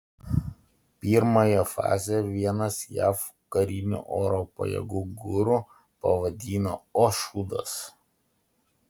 pirmąją fazę vienas jav karinių oro pajėgų guru pavadino o šūdas